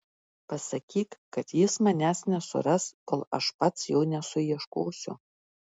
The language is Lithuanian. pasakyk kad jis manęs nesuras kol aš pats jo nesuieškosiu